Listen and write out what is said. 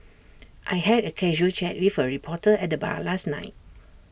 I had A casual chat with A reporter at the bar last night